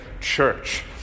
church